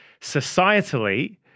societally